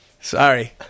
Sorry